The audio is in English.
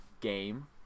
game